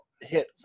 hit